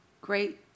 great